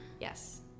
yes